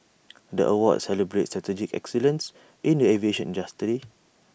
the awards celebrate strategic excellence in the aviation